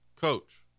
coach